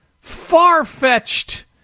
far-fetched